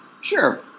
Sure